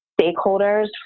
stakeholders